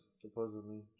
supposedly